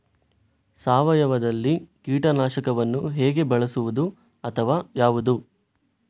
ಸಾವಯವದಲ್ಲಿ ಕೀಟನಾಶಕವನ್ನು ಹೇಗೆ ಬಳಸುವುದು ಅಥವಾ ಯಾವುದು?